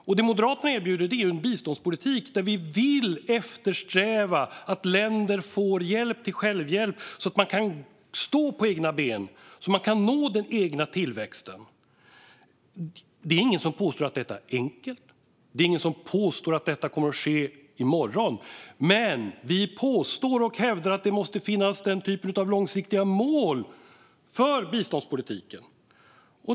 Det Moderaterna erbjuder är en biståndspolitik där vi vill eftersträva att länder får hjälp till självhjälp så att de kan stå på egna ben och nå den egna tillväxten. Det är ingen som påstår att detta är enkelt. Det är ingen som påstår att detta kommer att ske i morgon. Men vi påstår och hävdar att det måste finnas den typen av långsiktiga mål för biståndspolitiken.